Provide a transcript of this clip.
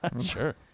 Sure